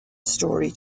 story